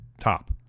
top